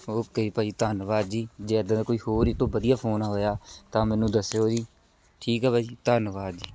okay ਭਾਅ ਜੀ ਧੰਨਵਾਦ ਜੀ ਜੇ ਇੱਦਾਂ ਦਾ ਕੋਈ ਹੋਰ ਇਹ ਤੋਂ ਵਧੀਆ ਫੋਨ ਹੋਇਆ ਤਾਂ ਮੈਨੂੰ ਦੱਸਿਓ ਜੀ ਠੀਕ ਆ ਭਾਅ ਜੀ ਧੰਨਵਾਦ ਜੀ